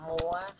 more